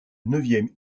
neuvième